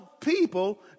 people